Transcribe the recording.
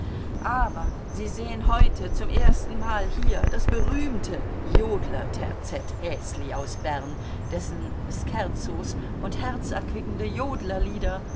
aber sie sehen heute zum erstenmal hier das berühmte jodlerterzett häsli aus bern dessen scherzos und herzerquickende jodlerlieder